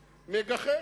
מגחך.